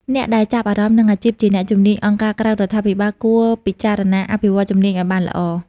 អ្នកដែលចាប់អារម្មណ៍នឹងអាជីពជាអ្នកជំនាញអង្គការក្រៅរដ្ឋាភិបាល គួរពិចារណាអភិវឌ្ឍជំនាញឱ្យបានល្អ។